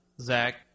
Zach